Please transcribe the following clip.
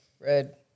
Red